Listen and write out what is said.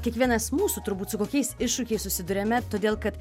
kiekvienas mūsų turbūt su kokiais iššūkiais susiduriame todėl kad